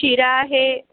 खिरा आहे